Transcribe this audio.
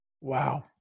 Wow